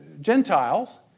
Gentiles